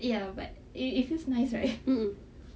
ya but it it feels nice right